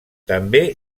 també